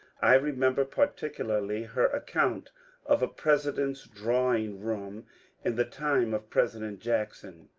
i remember particularly her account of a president's drawing-room in the time of president jackson.